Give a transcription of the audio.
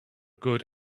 good